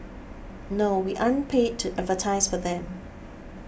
no we aren't paid to advertise for them